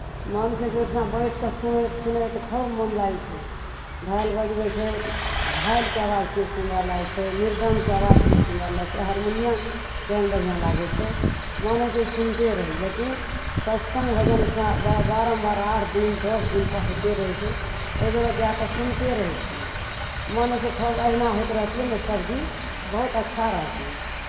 मन छै से ओहिठिना बैठि कऽ सुनैत सुनैत खूब मन लागै छै झालि बजबै छै झालिके आवाज की सुन्दर लागै छै मृदङ्गके आवाज की सुन्दर लगतै हरमुनिआँ केहन बढ़िआँ लागै छै मन होइ छै सुनिते रही लेकिन सत्सङ्ग भजन ओहिठिना बारम्बार आठ दिन दस दिनपर होइते रहै छै ओहि जगह जा कऽ सुनिते रहै छियै मन होइ छै खूब अहिना होइत रहितियै ने सभदिन तऽ बहुत अच्छा रहितियै